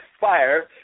fire